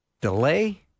Delay